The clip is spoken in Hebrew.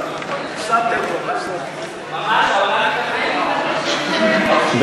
2013, לוועדת החוקה, חוק ומשפט נתקבלה.